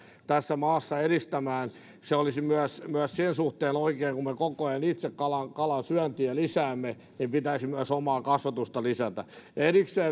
tässä maassa edistämään se olisi myös myös sen suhteen oikein että kun me koko ajan itse kalan kalan syöntiä lisäämme niin pitäisi myös omaa kasvatusta lisätä ja erikseen